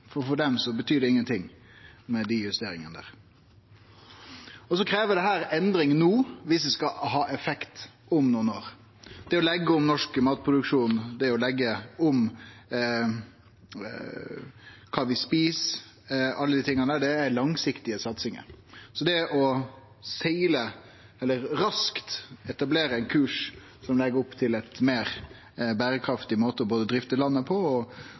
for slike justeringar betyr ingenting for dei. Dette krev endring no viss det skal ha effekt om nokre år. Det å leggje om norsk matproduksjon, det å leggje om kva vi et, alle dei tinga, er langsiktige satsingar. Så det å raskt etablere ein kurs som legg opp til ein meir berekraftig måte både å drifte landet på og